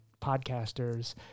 podcasters